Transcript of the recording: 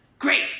Great